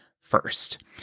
first